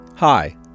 Hi